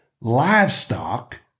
Livestock